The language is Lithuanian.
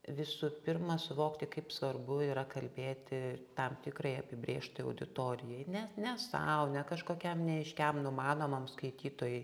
visų pirma suvokti kaip svarbu yra kalbėti tam tikrai apibrėžtai auditorijai ne ne sau ne kažkokiam neaiškiam numanomam skaitytojui